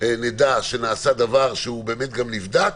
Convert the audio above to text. נדע שנעשה דבר שגם נבדק,